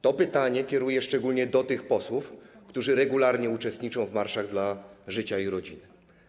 To pytanie kieruję szczególnie do tych posłów, którzy regularnie uczestniczą w marszach dla życia i rodziny.